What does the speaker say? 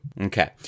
Okay